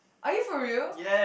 are you for real